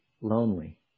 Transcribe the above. lonely